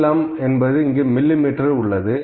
நீளம் மில்லி மீட்டரில் உள்ளது